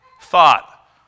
thought